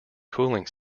cooling